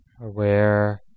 aware